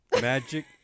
Magic